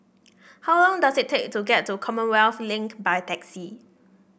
how long does it take to get to Commonwealth Link by taxi